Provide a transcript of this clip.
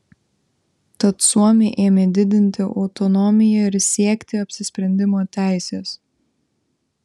tad suomiai ėmė didinti autonomiją ir siekti apsisprendimo teisės